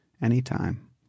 anytime